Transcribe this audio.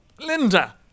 Linda